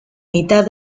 mitad